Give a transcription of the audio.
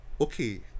Okay